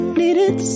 needed